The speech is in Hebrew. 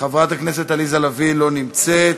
חברת הכנסת עליזה לביא, לא נמצאת,